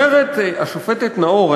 אומרת השופטת נאור,